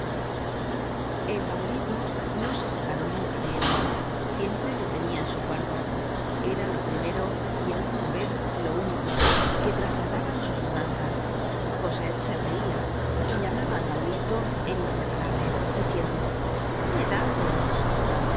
el baulito no se separó nunca de él siempre le tenia en su cuarto era lo primero y alguna vez lo único que trasladaba en sus mudanzas cosette se reia y llamaba al baulito el inseparable diciendo me da celos